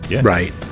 right